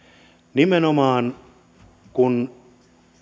nimenomaan kun